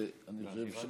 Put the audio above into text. ואני חושב,